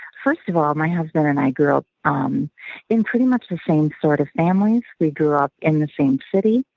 first of all, my husband and i grew up ah um in pretty much the same sort of families. we grew up in the same city.